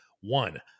one